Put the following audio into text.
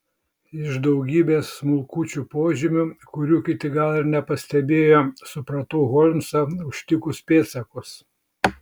iš daugybės smulkučių požymių kurių kiti gal ir nepastebėjo supratau holmsą užtikus pėdsakus